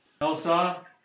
Elsa